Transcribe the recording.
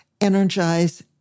energize